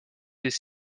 des